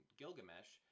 gilgamesh